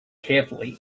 carefully